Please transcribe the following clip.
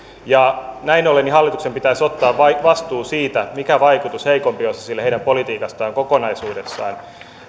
näin ollen hallituksen pitäisi ottaa vastuu siitä mikä vaikutus heikompiosaisille on heidän politiikastaan kokonaisuudessaan